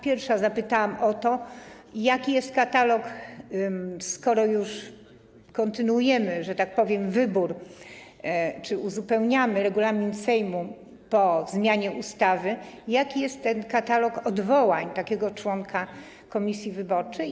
Pierwsza zapytałam o to, jaki jest katalog - skoro już kontynuujemy, że tak powiem, wybór czy uzupełniamy regulamin Sejmu po zmianie ustawy - odwołań takiego członka komisji wyborczej?